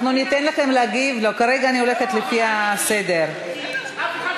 הריסת בתים, תעמדו לצדנו, איחוד